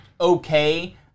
okay